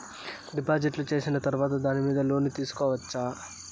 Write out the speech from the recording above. డిపాజిట్లు సేసిన తర్వాత దాని మీద లోను తీసుకోవచ్చా?